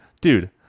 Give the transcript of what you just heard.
Dude